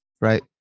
right